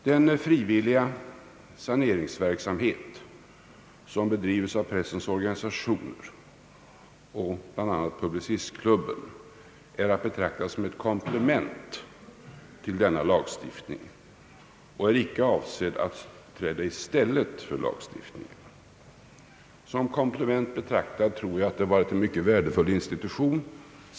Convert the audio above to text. Den frivilliga saneringsverksamhet, som bedrivs av pressens organisationer, bl.a. Publicistklubben, är att betrakta som ett komplement till denna lagstiftning och är icke avsedd att träda i stället för den. Som komplement tror jag vi däri har haft en mycket värdefull institution.